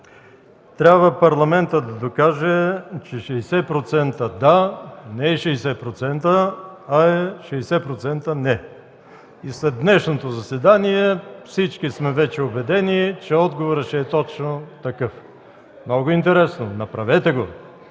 трябва да докаже, че 60% „да”, не е 60%, а е 60% „не”. След днешното заседание всички сме вече убедени, че отговорът ще е точно такъв. Много интересно. Направете го.